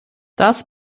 das